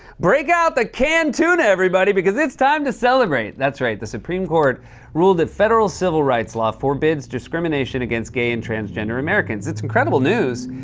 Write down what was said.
break out the canned tuna, everybody, because it's time to celebrate! that's right. the supreme court ruled that federal civil rights law forbids discrimination against gay and transgender americans. it's incredible news.